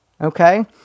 Okay